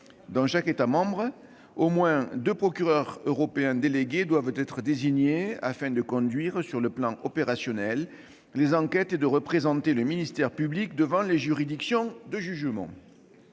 Dans chaque État membre, au moins deux procureurs européens délégués doivent être désignés afin de conduire, sur le plan opérationnel, les enquêtes et de représenter le ministère public devant les juridictions de jugement.